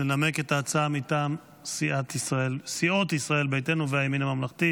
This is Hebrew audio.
לנמק את ההצעה מטעם סיעות ישראל ביתנו והימין הממלכתי,